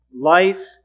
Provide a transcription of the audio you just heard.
life